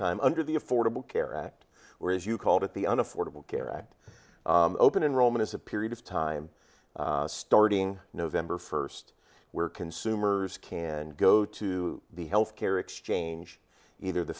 time under the affordable care act or as you called it the on affordable care act open enrollment is a period of time starting november first where consumers can go to the health care exchange either the